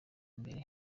imbere